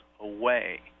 away